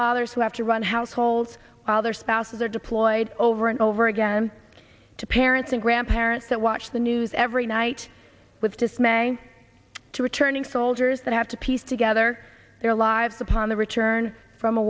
fathers who have to run households while their spouses are deployed over and over again to parents and grandparents that watch the news every night with dismay to returning soldiers that have to piece together their lives upon the return from a